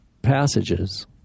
passages